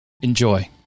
Enjoy